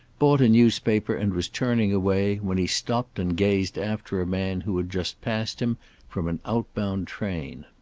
bought a newspaper and was turning away, when he stopped and gazed after a man who had just passed him from an out-bound train.